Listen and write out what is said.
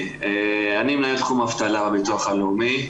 אני מנהל תחום אבטלה בביטוח הלאומי.